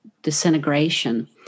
disintegration